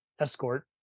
escort